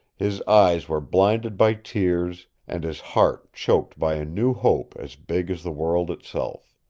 his eyes were blinded by tears and his heart choked by a new hope as big as the world itself.